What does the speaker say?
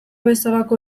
bezalako